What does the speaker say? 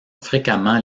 fréquemment